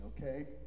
okay